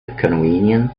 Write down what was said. convenience